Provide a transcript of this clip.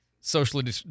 socially